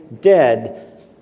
dead